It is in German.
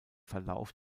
verlauf